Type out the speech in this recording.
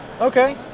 Okay